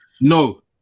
No